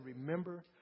remember